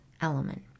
element